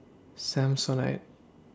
Samsonite